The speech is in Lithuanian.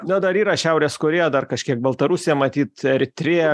na dar yra šiaurės korėja dar kažkiek baltarusija matyt eritrėja